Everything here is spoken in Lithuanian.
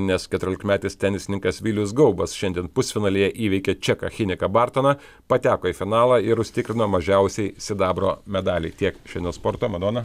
nes keturiolikmetis tenisininkas vilius gaubas šiandien pusfinalyje įveikė čeką finiką bartoną pateko į finalą ir užsitikrino mažiausiai sidabro medalį tiek šiandien sporto madona